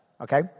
Okay